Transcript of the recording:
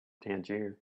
tangier